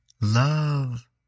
Love